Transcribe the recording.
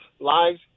lives